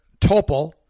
Topol